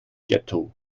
ghetto